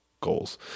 goals